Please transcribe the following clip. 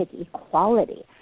equality